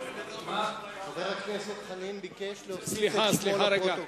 חבר הכנסת חנין ביקש להוסיף את שמו לפרוטוקול.